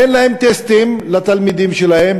אין להם טסטים לתלמידים שלהם.